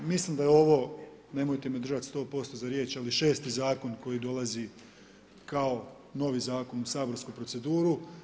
Mislim da je ovo, nemojte me držati 100% za riječ, ali 6 zakon koji dolazi kao novi zakon u saborsku proceduru.